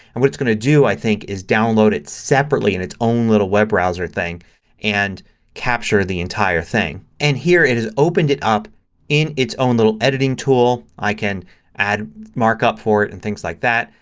and what it's going to do, i think, is download it separately in it's own little web browser thing and capture the entire thing. in and here it has opened it up in it's own little editing tool. i can add markup for it and things like that.